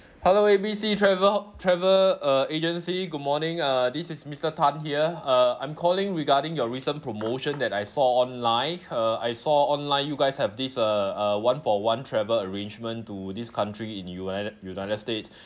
hello A B C travel travel uh agency good morning uh this is mister tan here uh I'm calling regarding your recent promotion that I saw online uh I saw online you guys have this uh a one for one travel arrangement to this country in united united states